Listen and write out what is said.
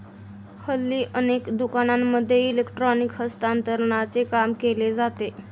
हल्ली अनेक दुकानांमध्ये इलेक्ट्रॉनिक हस्तांतरणाचे काम केले जाते